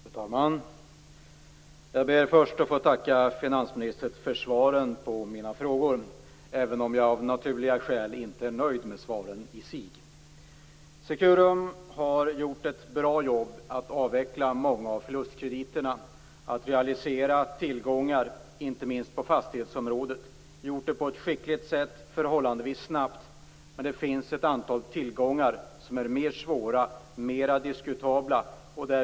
Fru talman! Jag ber först att få tacka finansministern för svaren på mina frågor, även om jag av naturliga skäl inte är nöjd med svaren i sig. Securum har gjort ett bra arbete när det gäller att avveckla många av förlustkrediterna och att realisera tillgångar inte minst på fastighetsområdet. Man har gjort det på ett skickligt sätt och förhållandevis snabbt. Men det finns ett antal tillgångar som är mer svåra och mer diskutabla.